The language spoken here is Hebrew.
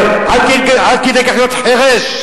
אבל עד כדי כך להיות חירש?